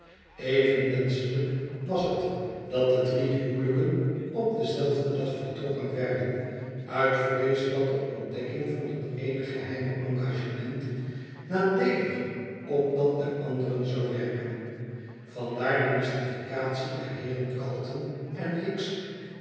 even wenschelijk was het dat de drie huwelijken op denzelfden dag voltrokken wierden uit vrees dat de ontdekking van het eene geheime engagement nadeelig op dat der anderen zou werken van daar de mystificatie der heeren calton en hicks